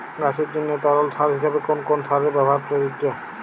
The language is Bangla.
গাছের জন্য তরল সার হিসেবে কোন কোন সারের ব্যাবহার প্রযোজ্য?